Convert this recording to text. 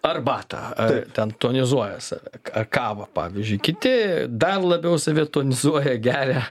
arbatą taip ten tonizuoja save ar kavą pavyzdžiui kiti dar labiau save tonizuoja geria